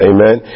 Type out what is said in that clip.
Amen